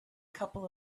couple